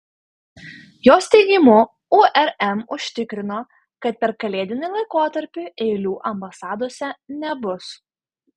jos teigimu urm užtikrino kad per kalėdinį laikotarpį eilių ambasadose nebus